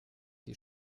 die